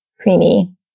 creamy